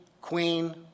queen